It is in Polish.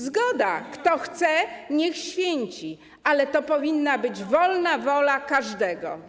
Zgoda, kto chce, niech święci, ale to powinna być wolna wola każdego.